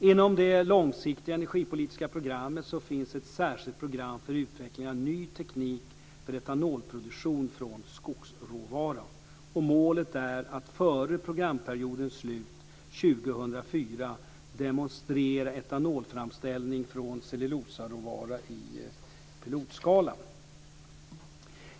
Inom det långsiktiga energipolitiska programmet finns ett särskilt program för utveckling av ny teknik för etanolproduktion från skogsråvara. Målet är att före programperiodens slut 2004 demonstrera etanolframställning från cellulosaråvara i pilotskala.